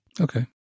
Okay